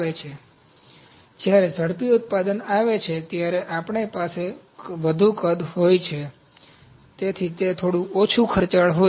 તેથી જ્યારે ઝડપી ઉત્પાદન આવે છે ત્યારે આપણી પાસે વધુ કદ હોય છે તેથી તે થોડું ઓછું ખર્ચાળ હોય છે